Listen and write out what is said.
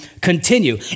continue